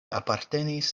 apartenis